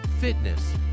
fitness